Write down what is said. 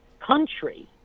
country